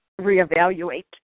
reevaluate